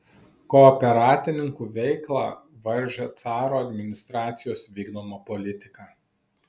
kooperatininkų veiklą varžė caro administracijos vykdoma politika